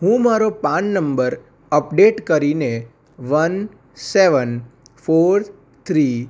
હું મારો PAN number update કરીને વન સેવન ફોર થ્રી